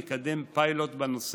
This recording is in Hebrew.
מקדם פיילוט בנושא.